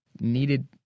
needed